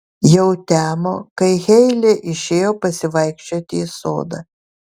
jau temo kai heile išėjo pasivaikščioti į sodą